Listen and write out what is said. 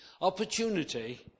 Opportunity